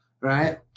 right